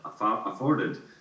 afforded